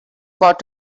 got